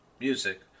music